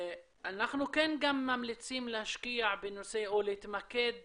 אנחנו גם ממליצים להשקיע בנושא או להתמקד